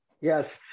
Yes